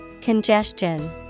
Congestion